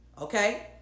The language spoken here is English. Okay